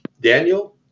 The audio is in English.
Daniel